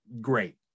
great